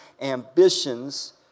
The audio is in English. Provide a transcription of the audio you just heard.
ambitions